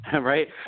right